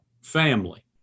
family